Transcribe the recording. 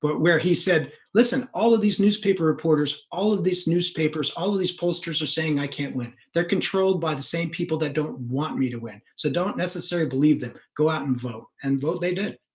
but where he said listen, all of these newspaper reporters all of these newspapers all of these pollsters are saying i can't win. they're controlled by the same people that don't want me to win so don't necessarily believe them go out and vote and vote. they did.